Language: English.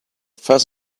fuss